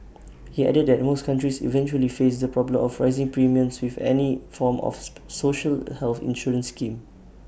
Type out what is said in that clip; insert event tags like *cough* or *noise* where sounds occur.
he added that most countries eventually face the problem of rising premiums with any form of *unintelligible* social health insurance scheme